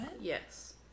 Yes